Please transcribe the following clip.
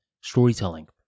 storytelling